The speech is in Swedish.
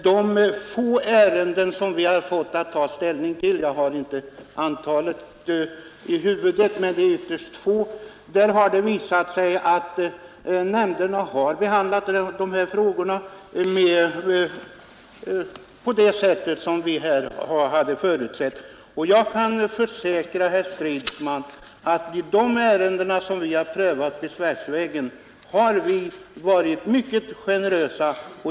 Vi har fått några få ärenden att ta ställning till — jag har inte antalet i huvudet, men det är ytterst få. Det har där visat sig att nämnderna har behandlat dessa frågor på det sätt som vi här hade förutsett. Jag kan försäkra herr Stridsman att i de ärenden som vi har prövat besvärsvägen har vi varit mycket generösa.